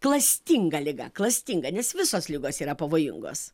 klastinga liga klastinga nes visos ligos yra pavojingos